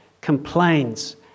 complains